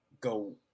go –